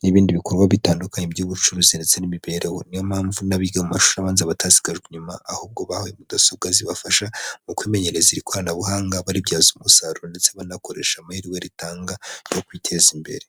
n'ibindi bikorwa bitandukanye by'ubucuruzi ndetse n'imibereho niyo mpamvu n'abiga mu mashuriza batasigajwe inyuma, ahubwo bahawe mudasobwa zibafasha mu kwimenyereza iri koranabuhanga, baribyaza umusaruro ndetse banakoresha amahirwe ritanga mu kwiteza imbere.